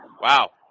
Wow